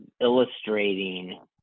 illustrating